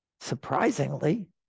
surprisingly